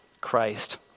Christ